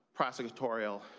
prosecutorial